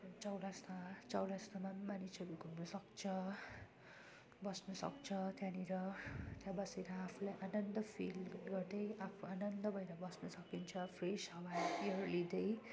चौरस्ता चौरस्तामा मानिसहरू घुम्न सक्छ बस्न सक्छ त्यहाँनेर त्यहाँ बसेर आफूलाई आनन्द फिल गर्दै आफू आनन्द भएर बस्न सकिन्छ फ्रेस हावा एयर लिँदै अन्त